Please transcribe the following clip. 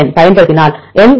என் பயன்படுத்தினால் எல்